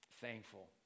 thankful